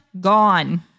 Gone